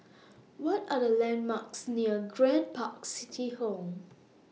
What Are The landmarks near Grand Park City Hall